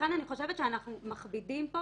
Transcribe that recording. לכן אני חושבת שאנחנו מכבידים פה